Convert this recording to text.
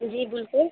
जी बिल्कुल